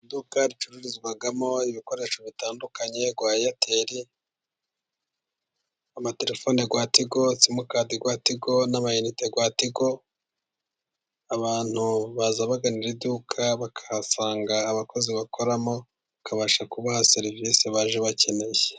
Iduka ricururizwamo ibikoresho bitandukanye bya airtel. Amatelefone ya Tigo, simukadi ya Tigo n'amayinite ya Tigo. Abantu baza bagana iduka bakahasanga abakozi bakoramo, bakabasha kubaha serivisi baje bakeneye.